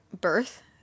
Birth